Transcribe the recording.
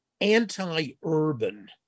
anti-urban